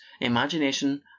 imagination